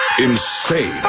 Insane